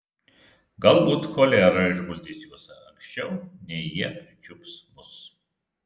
galbūt cholera išguldys juos anksčiau nei jie pričiups mus